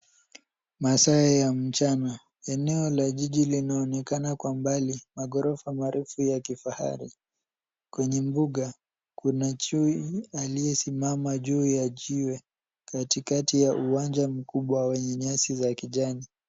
Masaa ya mchana. Eneo la jiji linaonekana kwa mbali, maghorofa marefu ya kifahari. Kwenye mbuga, kuna chui aliyesimama juu ya jiwe, katikati ya uwanja mkubwa wenye nyasi za kijani.